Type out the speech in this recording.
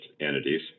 entities